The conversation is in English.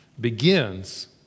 begins